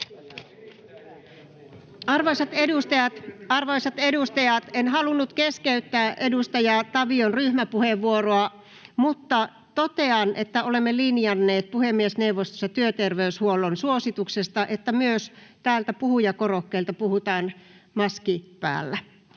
Arvoisat edustajat, en halunnut keskeyttää edustaja Tavion ryhmäpuheenvuoroa, mutta totean, että olemme linjanneet puhemiesneuvostossa työter-veyshuollon suosituksesta, että myös täältä puhujakorokkeelta puhutaan maski päällä.